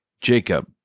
Jacob